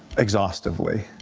exhaustively.